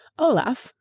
olaf,